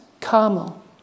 Carmel